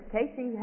Casey